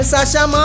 Sasha